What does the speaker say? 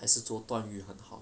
还是做段誉很好